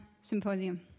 Symposium